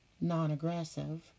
non-aggressive